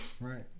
Right